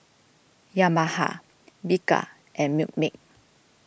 Yamaha Bika and Milkmaid